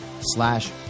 slash